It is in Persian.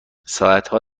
ساعتها